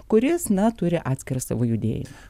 kuris na turi atskirą savo judėjimą